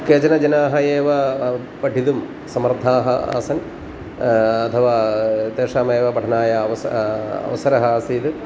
केचन जनाः एव पठितुं समर्थाः आसन् अथवा तेषामेव पठनाय अवसरः अवसरः आसीत्